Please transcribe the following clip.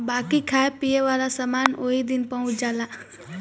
बाकी खाए पिए वाला समान ओही दिन पहुच जाला